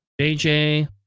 JJ